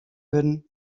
wurden